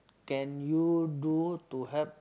can you do to help